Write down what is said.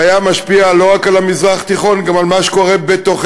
זה היה משפיע לא רק על המזרח התיכון אלא גם על מה שקורה בתוכנו,